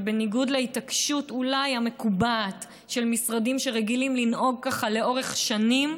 ובניגוד להתעקשות אולי המקובעת של משרדים שרגילים לנהוג כך לאורך שנים,